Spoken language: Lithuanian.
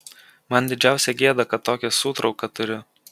man didžiausia gėda kad tokį sūtrauką turiu